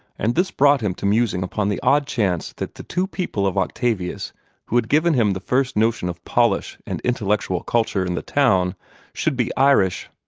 and this brought him to musing upon the odd chance that the two people of octavius who had given him the first notion of polish and intellectual culture in the town should be irish.